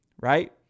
right